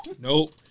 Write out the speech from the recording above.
Nope